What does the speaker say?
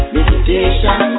Meditation